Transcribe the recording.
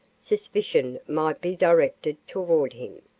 suspicion might be directed toward him.